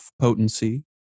potency